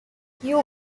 you